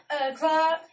o'clock